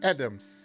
Adams